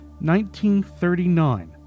1939